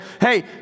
Hey